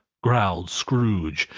growled scrooge,